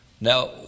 Now